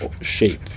shape